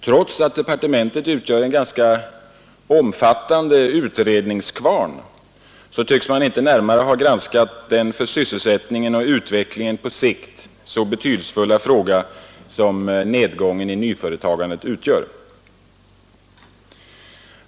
Trots att departementet utgör en ganska omfattande utredningskvarn tycks man inte närmare ha granskat den för sysselsättningen och utvecklingen på sikt så betydelsefulla fråga som nedgången i nyföretagandet utgör.